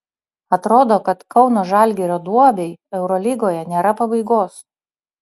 atrodo kad kauno žalgirio duobei eurolygoje nėra pabaigos